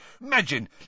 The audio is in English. Imagine